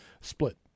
split